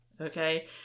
okay